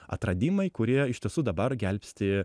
atradimai kurie iš tiesų dabar gelbsti